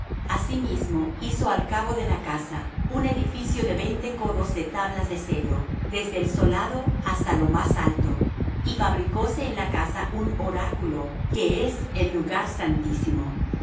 asimismo hizo al cabo de la casa un edificio de veinte codos de tablas de cedro desde el solado hasta lo más alto y fabricóse en la casa un oráculo que es el lugar santísimo